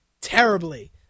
terribly